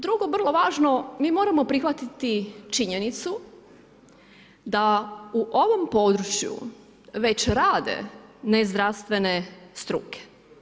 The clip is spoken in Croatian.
Drugo vrlo važno, mi moramo prihvatiti činjenicu da u ovom području već rade nezdravstvene struke.